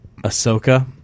Ahsoka